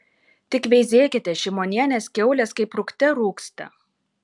tik veizėkite šimonienės kiaulės kaip rūgte rūgsta